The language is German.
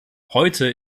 heute